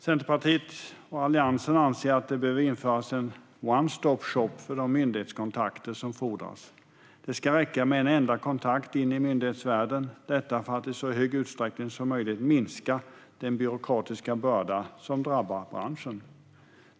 Centerpartiet och Alliansen anser att det behöver införas en one-stop-shop för de myndighetskontakter som fordras. Det ska räcka med en enda kontakt in i myndighetsvärlden, detta för att i så stor utsträckning som möjligt minska den byråkratiska börda som drabbat branschen.